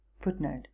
Footnote